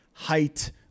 Height